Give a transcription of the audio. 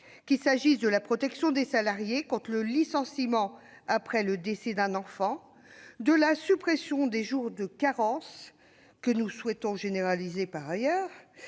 qu'il s'agisse de la protection des salariés contre le licenciement après le décès d'un enfant, de la suppression des jours de carence, que nous souhaitons généraliser par ailleurs,